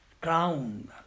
crown